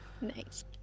Nice